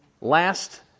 last